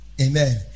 Amen